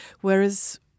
Whereas